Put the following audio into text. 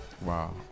Wow